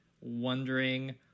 wondering